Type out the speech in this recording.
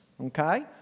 Okay